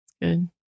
Good